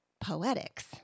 poetics